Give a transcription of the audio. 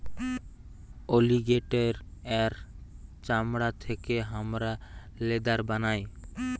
অলিগেটের এর চামড়া থেকে হামরা লেদার বানাই